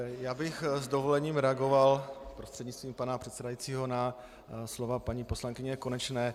Já bych s dovolením reagoval prostřednictvím pana předsedajícího na slova paní poslankyně Konečné.